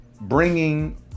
bringing